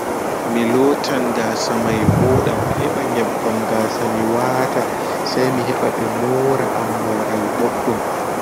To awatan kalimaaji se sirruma ataɓɓitina awati ɓe lamɓaaji ɓe alfaɓetji aa hautaɓo juuta ta awada sedda